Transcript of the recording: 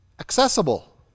accessible